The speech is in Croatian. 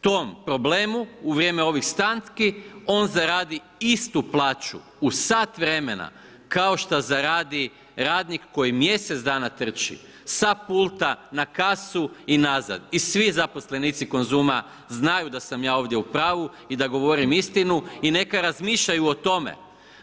tom problemu u vrijeme ovih stanki, on zaradi istu plaću u sat vremena kao što zaradi radnik koji mjesec dana trči sa pulta na kasu i nazad i svi zaposlenici Konzuma znaju da sam ja ovdje u pravu i da govorim istinu i neka razmišljaju o tome